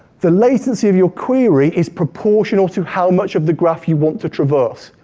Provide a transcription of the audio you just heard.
the latency of your query is proportional to how much of the graph you want to traverse.